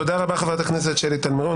תודה רבה, חברת הכנסת שלי טל מירון.